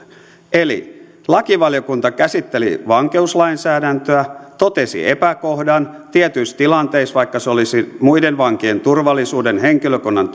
eli lakivaliokunta käsitteli vankeuslainsäädäntöä totesi epäkohdan tietyissä tilanteissa ja vaikka se olisi muiden vankien turvallisuuden ja henkilökunnan